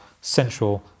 central